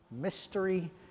mystery